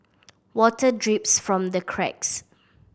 water drips from the cracks